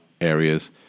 areas